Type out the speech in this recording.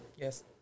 Yes